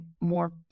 more